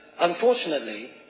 Unfortunately